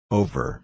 over